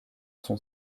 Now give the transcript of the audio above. son